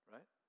Right